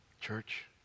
church